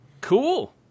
Cool